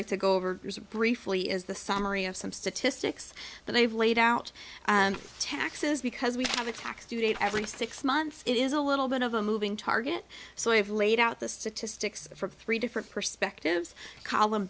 like to go over briefly is the summary of some statistics that they've laid out and taxes because we have a tax due date every six months it is a little bit of a moving target so i have laid out the statistics for three different perspectives column